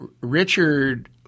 Richard